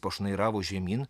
pašnairavo žemyn